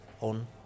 On